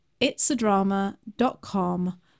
It'sadrama.com